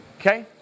Okay